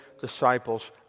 disciples